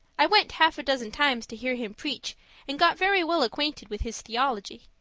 i went half a dozen times to hear him preach and got very well acquainted with his theology.